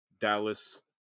dallas